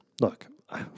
look